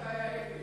בהתחלה זה היה עגל.